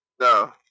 No